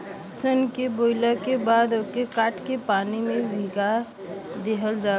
सन के बोवला के बाद ओके काट के पानी में भीगा दिहल जाला